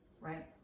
right